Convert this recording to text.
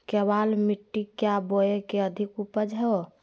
केबाल मिट्टी क्या बोए की अधिक उपज हो?